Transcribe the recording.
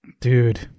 dude